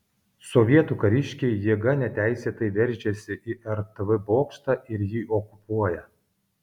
sovietų kariškiai jėga neteisėtai veržiasi į rtv bokštą ir jį okupuoja